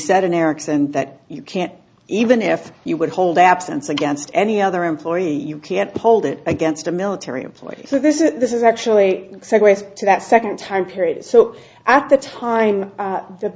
said in eric's and that you can't even if you would hold absence against any other employee you can't hold it against a military employee so this is this is actually a segue to that second time period so at the time that the